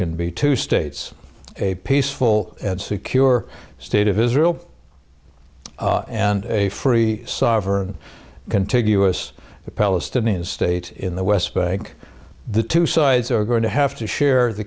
can be two states a peaceful and secure state of israel and a free sarver contiguous a palestinian state in the west bank the two sides are going to have to share the